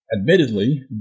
Admittedly